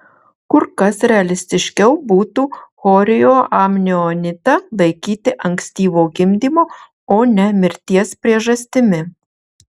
kur kas realistiškiau būtų chorioamnionitą laikyti ankstyvo gimdymo o ne mirties priežastimi